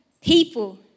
people